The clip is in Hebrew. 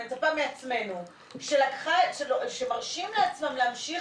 אני מצפה מעצמנו שמרשים לעצמם להמשיך